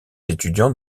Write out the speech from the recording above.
étudiants